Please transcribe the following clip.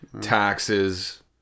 taxes